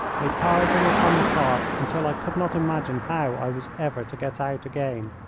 they piled them upon the cart until i could not imagine how i was ever to get out again.